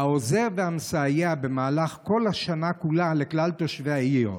העוזר והמסייע במהלך כל השנה כולה לכלל תושבי העיר,